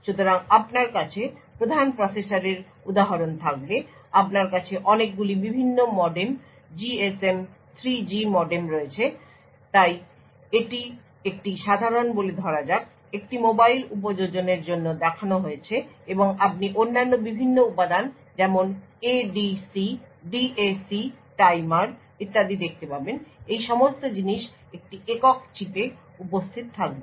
সুতরাং আপনার কাছে প্রধান প্রসেসরের উদাহরণ থাকবে আপনার কাছে অনেকগুলি বিভিন্ন মডেম GSM 3G মডেম রয়েছে তাই এটি একটি সাধারণ বলে ধরা যাক একটি মোবাইল উপযোজনের জন্য দেখানো হয়েছে এবং আপনি অন্যান্য বিভিন্ন উপাদান যেমন ADC DAC টাইমার ইত্যাদি দেখতে পাবেন এই সমস্ত জিনিস একটি একক চিপে উপস্থিত থাকবে